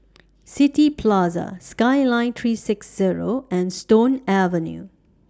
City Plaza Skyline three six Zero and Stone Avenue